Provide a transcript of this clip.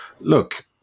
look